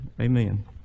Amen